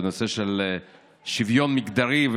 בנושא של שוויון מגדרי.